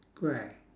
grey